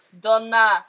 Donna